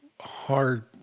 hard